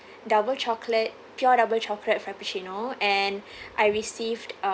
double chocolate pure double chocolate frappuccino and I received err